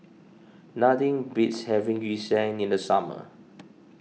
nothing beats having Yu Sheng in the summer